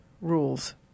rules